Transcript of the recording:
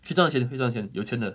会赚钱会赚钱有钱的